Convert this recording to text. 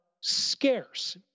scarce